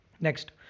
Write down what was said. Next